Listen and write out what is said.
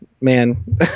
man